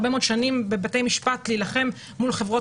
הרבה מאוד שנים בבתי משפט להילחם מול חברות